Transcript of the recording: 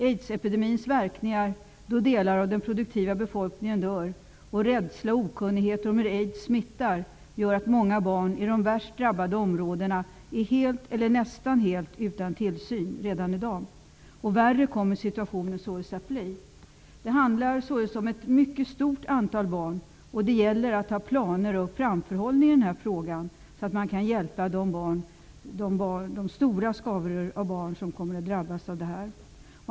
Aidsepidemins verkningar, som innebär att delar av den produktiva befolkningen dör, samt rädsla och okunnighet om hur aids smittar gör att många barn i de värst drabbade områdena helt eller nästan helt är utan tillsyn redan i dag. Värre kommer situationen således att bli. Det handlar om ett mycket stort antal barn, och det gäller att ha planer och framförhållning i detta sammanhang, så att man kan hjälpa de stora skaror av barn som kommer att drabbas.